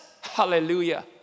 Hallelujah